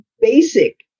basic